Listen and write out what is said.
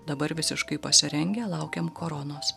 dabar visiškai pasirengę laukiam koronos